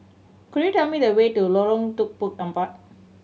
could you tell me the way to Lorong Tukang Empat